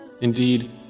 Indeed